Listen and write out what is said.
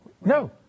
No